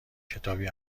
کتابی